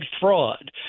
fraud